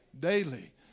Daily